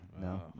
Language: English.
No